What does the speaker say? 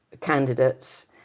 candidates